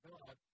God